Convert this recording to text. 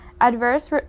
Adverse